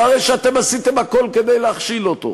אחרי שאתם עשיתם הכול כדי להכשיל אותו,